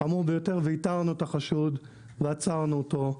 חמור ביותר ואיתרנו את החשוד ועצרנו אותו.